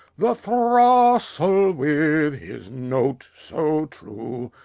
the throstle with his note so true,